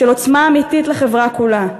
של עוצמה אמיתית לחברה כולה.